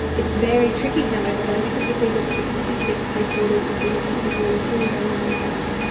it's very tricky, however, though because if we look at the statistics, three-quarters of the young people who are killed are young males.